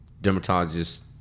Dermatologist